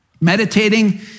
Meditating